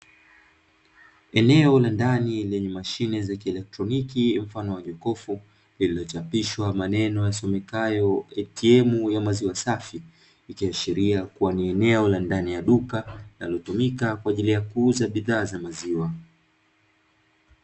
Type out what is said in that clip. Eneo la ndani lenye mashine za kieletroniki mfano wa jokofu, zilizochapishwa maneno yasomekayo "ATM YA MAZIWA SAFI". Ikiashiria kuwa ni eneo la ndani ya duka linatumika kwa ajili ya uuzaji wa bidhaa za maziwa.